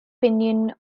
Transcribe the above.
pinyin